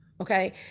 Okay